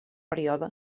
període